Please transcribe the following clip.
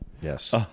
Yes